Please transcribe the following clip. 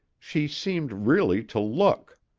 she seemed really to look.